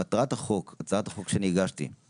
מטרת הצעת החוק שהגשתי היא